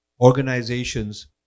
organizations